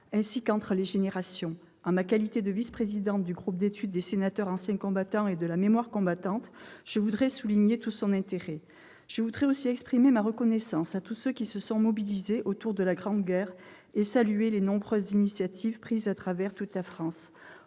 ainsi qu'entre les générations. En ma qualité de vice-présidente du groupe d'étude des sénateurs anciens combattants et de la mémoire combattante, je voudrais souligner tout son intérêt. Je tiens aussi à exprimer ma reconnaissance à tous ceux qui se sont mobilisés autour des commémorations de la Grande Guerre et saluer les nombreuses initiatives prises à travers toute la France.